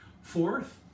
Fourth